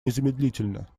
незамедлительно